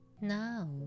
Now